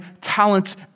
talents